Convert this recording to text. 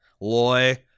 Loy